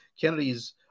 Kennedy's